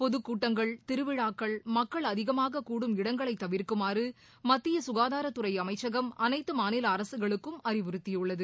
பொதுக்கூட்டங்கள் திருவிழாக்கள் மக்கள் அதிகமாக கூடும் இடங்களை தவிர்க்குமாறு மத்திய ககாதாரத்துறை அமைச்சகம் அனைத்து மாநில அரககளுக்கும் அறிவுறத்தியுள்ளது